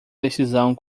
decisão